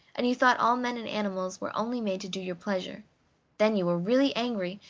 and you thought all men and animals were only made to do your pleasure then you were really angry,